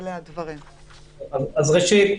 ראשית,